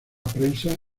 prensa